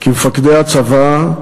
כי מפקדי הצבא,